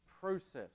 process